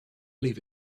leave